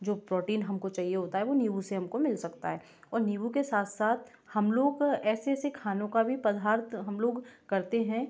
जो प्रोटीन हम को चाहिए होता है वो नींबू से हम को मिल सकता है और नींबू के साथ साथ हम लोग ऐसे ऐसे खानों का भी पधार्त हम लोग करते हैं